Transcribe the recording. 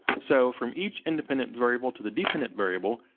so from each independent variable to the dependent variable,